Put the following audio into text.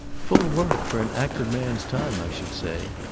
full work for an active man's time, i should say.